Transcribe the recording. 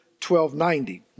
1290